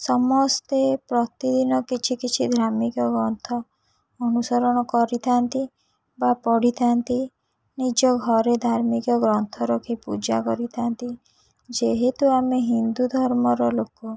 ସମସ୍ତେ ପ୍ରତିଦିନ କିଛି କିଛି ଧାର୍ମିକ ଗ୍ରନ୍ଥ ଅନୁସରଣ କରିଥାନ୍ତି ବା ପଢ଼ିଥାନ୍ତି ନିଜ ଘରେ ଧାର୍ମିକ ଗ୍ରନ୍ଥ ରଖି ପୂଜା କରିଥାନ୍ତି ଯେହେତୁ ଆମେ ହିନ୍ଦୁ ଧର୍ମର ଲୋକ